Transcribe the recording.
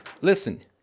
listen